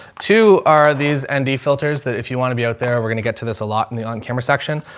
two are these and nd filters that if you want to be out there, and we're going to get to this a lot in the on camera section,